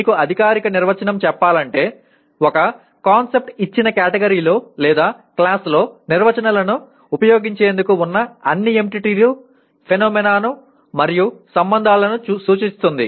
మీకు అధికారిక నిర్వచనం చెప్పాలంటే ఒక ఒక కాన్సెప్ట్ ఇచ్చిన కేటగిరి లో లేదా క్లాస్ లో నిర్వచనాలను ఉపయోగించేందుకు ఉన్న అన్ని ఎంటిటీలు ఫెనోమేనా మరియు సంబంధాలను సూచిస్తుంది